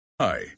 Hi